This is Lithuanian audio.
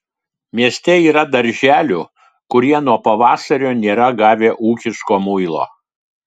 mieste yra darželių kurie nuo pavasario nėra gavę ūkiško muilo